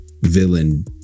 villain